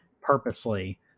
purposely